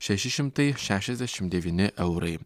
šeši šimtai šešiasdešimt devyni eurai